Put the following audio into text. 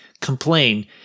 complain